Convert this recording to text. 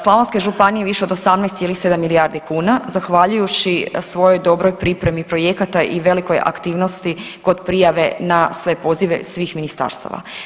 Slavonske županije više od 18,7 milijardi kuna zahvaljujući svojoj dobroj pripremi projekata i velikoj aktivnosti kod prijave na sve pozive svih ministarstava.